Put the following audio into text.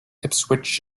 ipswich